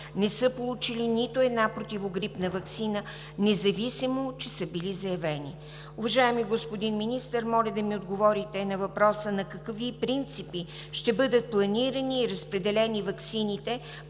не са получили нито една противогрипна ваксина, независимо че са били заявени. Уважаеми господин Министър, моля да ми отговорите на въпроса: на какви принципи ще бъдат планирани и разпределени ваксините